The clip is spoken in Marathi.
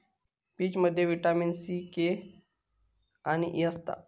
पीचमध्ये विटामीन सी, के आणि ई असता